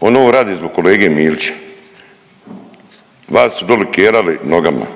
On ovo radi zbog kolege Milića. Vas su dole kerali nogama,